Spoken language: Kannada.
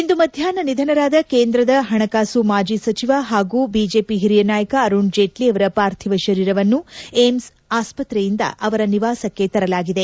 ಇಂದು ಮಧ್ಯಾಹ್ನ ನಿಧನರಾದ ಕೇಂದ್ರದ ಹಣಕಾಸು ಮಾಜಿ ಸಚಿವ ಹಾಗೂ ಬಿಜೆಪಿ ಹಿರಿಯ ನಾಯಕ ಅರುಣ್ ಜೇಟ್ಲ ಅವರ ಪಾರ್ಥೀವ ಶರೀರವನ್ನು ಏಮ್ಸ್ ಆಸ್ಪತ್ರೆಯಿಂದ ಅವರ ನಿವಾಸಕ್ಕೆ ತರಲಾಗಿದೆ